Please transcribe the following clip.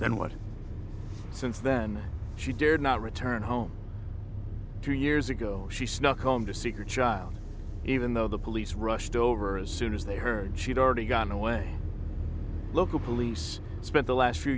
and what since then she dared not return home two years ago she snuck home to see your child even though the police rushed over as soon as they heard she'd already gone away local police spent the last few